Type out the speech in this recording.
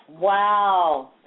Wow